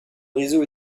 réseau